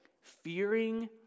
fearing